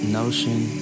notion